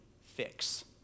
fix